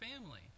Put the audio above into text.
family